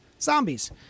zombies